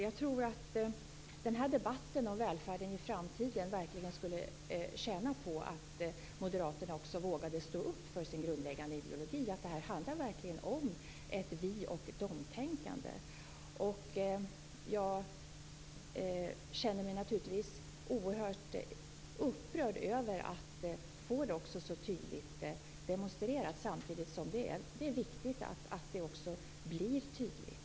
Jag tror att debatten om välfärden i framtiden verkligen skulle tjäna på att moderaterna vågade stå upp för sin grundläggande ideologi, att detta verkligen handlar om ett vi-och-de-tänkande. Jag känner mig naturligtvis oerhört upprörd över att få denna människosyn så tydligt demonstrerad, samtidigt som det är viktigt att det blir tydligt.